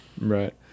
Right